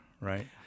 right